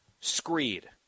screed